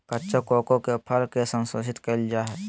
कच्चा कोको के फल के संशोधित कइल जा हइ